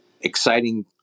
exciting